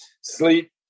sleep